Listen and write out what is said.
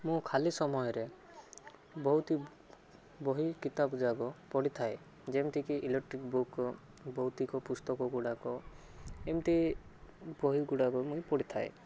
ମୁଁ ଖାଲି ସମୟରେ ବହୁତି ବହି କିତାବ ଯାକ ପଢ଼ିଥାଏ ଯେମତିକି ଇଲେକ୍ଟ୍ରିକ୍ ବୁକ୍ ଭୌତିକ ପୁସ୍ତକଗୁଡ଼ାକ ଏମତି ବହିଗୁଡ଼ାକ ମୁଁ ପଢ଼ିଥାଏ